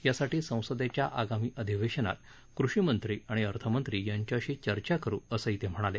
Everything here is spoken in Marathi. यासाठी संसदेच्या आगामी अधिवेशनात कृषी मंत्री आणि अर्थ मंत्री यांच्याशी चर्चा करू असंही ते म्हणाले